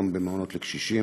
גם במעונות לקשישים,